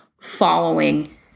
following